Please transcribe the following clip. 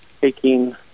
taking